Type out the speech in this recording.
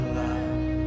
love